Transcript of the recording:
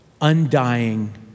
Undying